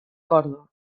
corda